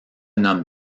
nomme